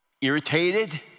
Irritated